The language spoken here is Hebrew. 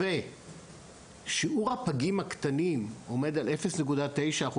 ושיעור הפגים הקטנים עומד על 0.9%,